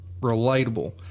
relatable